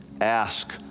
ask